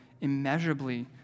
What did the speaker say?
immeasurably